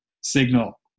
signal